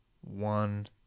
One